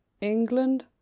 England